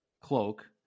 cloak